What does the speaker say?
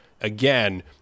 again